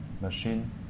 machine